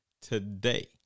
today